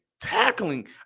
tackling